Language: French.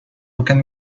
aucun